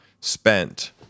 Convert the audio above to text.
spent